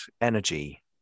energy